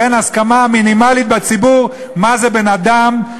אין הסכמה מינימלית בציבור מה זה בן-אדם,